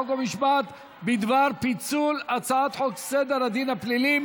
חוק ומשפט בדבר פיצול הצעת החוק סדר הדין הפלילי.